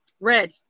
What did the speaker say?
Red